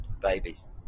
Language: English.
babies